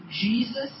Jesus